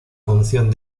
función